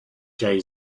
jay